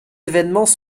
évènements